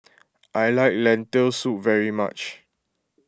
I like Lentil Soup very much